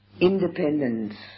Independence